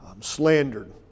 slandered